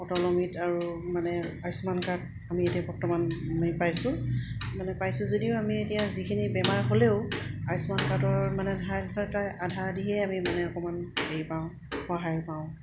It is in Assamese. অটল অমৃত আৰু মানে আয়ুস্মান কাৰ্ড আমি এতিয়া বৰ্তমান আমি পাইছোঁ মানে পাইছোঁ যদিও আমি এতিয়া যিখিনি বেমাৰ হ'লেও আয়ুস্মান কাৰ্ডৰ মানে আধা আধিহে আমি মানে অকণমান হেৰি পাওঁ সহায় পাওঁ